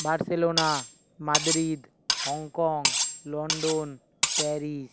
Barcelona Madrid Hong Kong London Paris